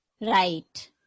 Right